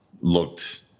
looked